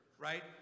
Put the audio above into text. right